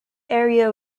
area